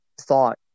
thought